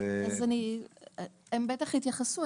הם בטח יתייחסו,